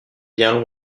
bien